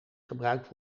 gebruikt